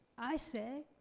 i say,